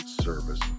service